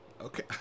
Okay